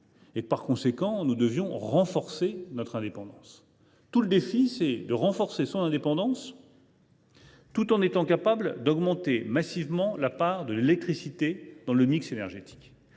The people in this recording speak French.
Par conséquent, nous devons renforcer notre indépendance. Le défi, c’est de renforcer notre indépendance tout en étant capable d’augmenter massivement la part de l’électricité dans notre mix énergétique.